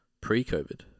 pre-covid